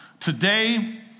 Today